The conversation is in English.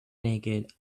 naked